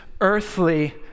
earthly